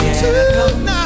tonight